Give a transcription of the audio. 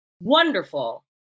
wonderful